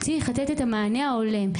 צריך לתת את המענה ההולם.